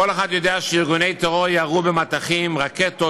כל אחד יודע שארגוני טרור ירו מטחים של רקטות